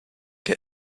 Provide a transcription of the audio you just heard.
get